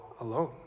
alone